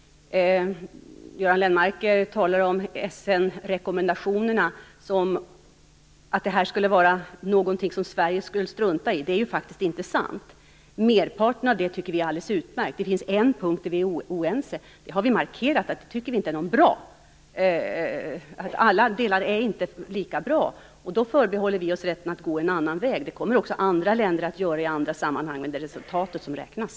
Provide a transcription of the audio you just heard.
Göran Lennmarker talar om Essenrekommendationerna som något som Sverige struntar i. Det är faktiskt inte sant. Merparten tycker vi är alldeles utmärkt. Det finns en punkt där vi är oense, och vi har markerat att vi inte tycker att alla delar är lika bra. Då förbehåller vi oss rätten att gå en annan väg. Det kommer också andra länder att göra i andra sammanhang, men det är resultatet som räknas.